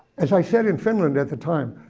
as i said, in finland at the time,